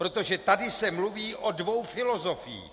Protože tady se mluví o dvou filozofiích.